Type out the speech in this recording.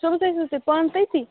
صُبحس ٲسوٕ حظ تُہۍ پانہٕ تٔتی